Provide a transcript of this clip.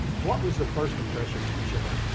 what was the first impression when you showed up?